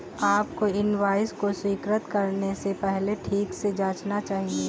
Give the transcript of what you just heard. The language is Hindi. आपको इनवॉइस को स्वीकृत करने से पहले ठीक से जांचना चाहिए